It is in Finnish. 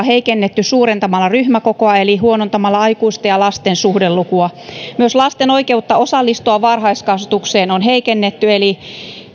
heikennetty suurentamalla ryhmäkokoa eli huonontamalla aikuisten ja lasten suhdelukua myös lasten oikeutta osallistua varhaiskasvatukseen on heikennetty eli